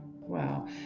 wow